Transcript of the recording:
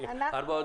ארבעה חודשים.